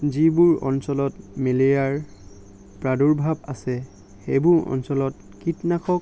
যিবোৰ অঞ্চলত মেলেৰিয়াৰ প্ৰাদুৰ্ভাৱ আছে সেইবোৰ অঞ্চলত কীটনাশক